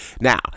Now